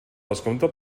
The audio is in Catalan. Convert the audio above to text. descompte